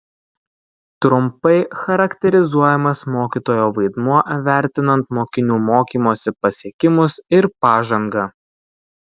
trumpai charakterizuojamas mokytojo vaidmuo vertinant mokinių mokymosi pasiekimus ir pažangą